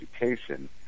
education